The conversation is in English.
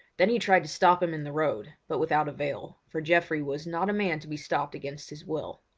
then he tried to stop him in the road, but without avail, for geoffrey was not a man to be stopped against his will.